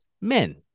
men